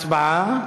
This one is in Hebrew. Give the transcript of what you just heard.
הצבעה.